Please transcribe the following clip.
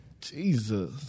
Jesus